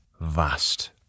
vast